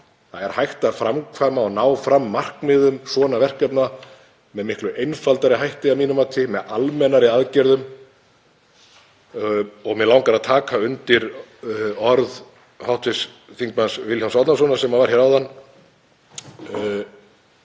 Það er hægt að framkvæma og ná fram markmiðum svona verkefna með miklu einfaldari hætti, að mínu mati, með almennari aðgerðum. Mig langar að taka undir orð hv. þm. Vilhjálms Árnasonar sem var hér áðan,